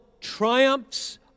triumphs